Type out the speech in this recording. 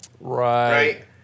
Right